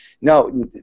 No